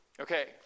Okay